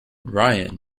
ryan